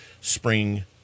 spring